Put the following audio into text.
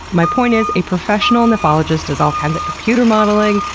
my point is a professional nephologist does all kinds of computer modeling,